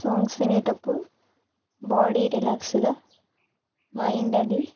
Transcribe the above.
songs వినేటప్పుడు body రిలాక్స్గా mind అది